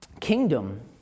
kingdom